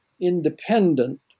independent